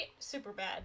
Superbad